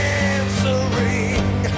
answering